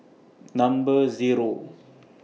Number Zero